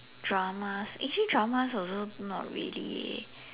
dramas actually dramas also not really leh